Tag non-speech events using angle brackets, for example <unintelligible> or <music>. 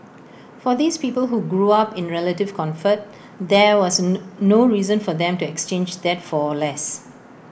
for these people who grew up in relative comfort there was <unintelligible> no reason for them to exchange that for less